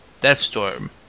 Deathstorm